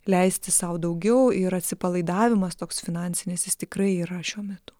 leisti sau daugiau ir atsipalaidavimas toks finansinis jis tikrai yra šiuo metu